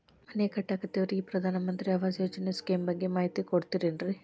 ಮನಿ ಕಟ್ಟಕತೇವಿ ರಿ ಈ ಪ್ರಧಾನ ಮಂತ್ರಿ ಆವಾಸ್ ಯೋಜನೆ ಸ್ಕೇಮ್ ಬಗ್ಗೆ ಮಾಹಿತಿ ಕೊಡ್ತೇರೆನ್ರಿ?